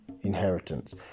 inheritance